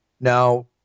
Now